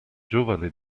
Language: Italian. giovane